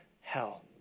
hell